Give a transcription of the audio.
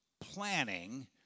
planning